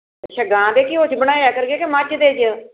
ਅੱਛਾ ਗਾਂ ਦੇ ਘਿਓ 'ਚ ਬਣਾਇਆ ਕਰੀਏ ਕਿ ਮੱਝ ਦੇ 'ਚ